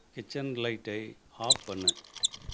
kitchen லைட்டை off பண்ணு